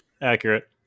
Accurate